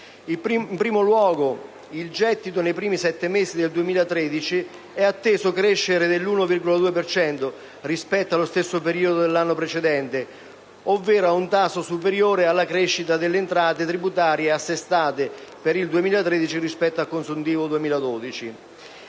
In primo luogo, il gettito dei primi sette mesi del 2013 è atteso crescere dell'1,2 per cento rispetto allo stesso periodo dell'anno precedente, ovvero ad un tasso superiore al tasso di crescita delle entrate tributarie assestate per il 2013 rispetto al consuntivo 2012.